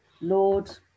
Lord